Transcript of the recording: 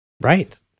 Right